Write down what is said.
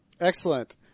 Excellent